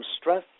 Stress